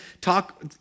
talk